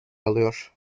alıyor